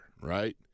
right